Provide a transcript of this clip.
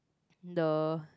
the